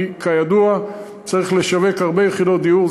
כי כידוע צריך לשווק הרבה יחידות דיור.